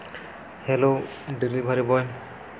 hello delivery boy